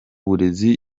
burezi